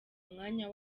mwanya